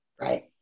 Right